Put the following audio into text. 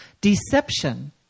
Deception